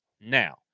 Now